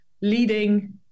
leading